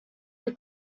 were